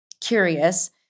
curious